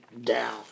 down